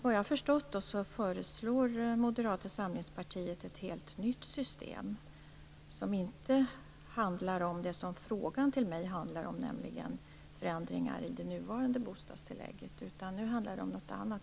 Vad jag har förstått föreslår Moderata samlingspartiet ett helt nytt system, som inte handlar om det som interpellationen till mig handlar om, nämligen förändringar i det nuvarande bostadstillägget, utan om någonting annat.